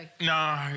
No